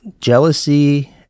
jealousy